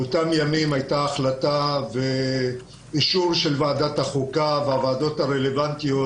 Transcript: באותם ימים הייתה החלטה ואישור של ועדת החוקה והוועדות הרלוונטיות